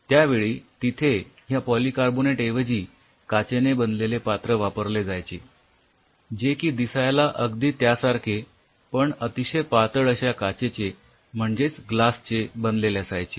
त्यावेळी तिथे ह्या पॉलीकार्बोनेट ऐवजी काचेने बनलेले पात्र वापरले जायचे जे की दिसायला अगदी त्यासारखे पण अतिशय पातळ अश्या काचेचे म्हणजेच ग्लास चे बनलेले असायचे